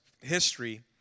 history